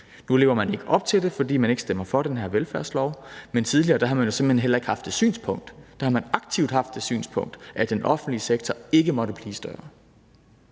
Nu lever man ikke op til det, fordi man ikke stemmer for den her velfærdslov, men tidligere har man jo simpelt hen heller ikke haft det synspunkt. Der har man aktivt haft det synspunkt, at den offentlige sektor ikke måtte blive større,